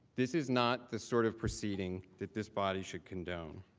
this is not the sort of proceeding that this body should condone.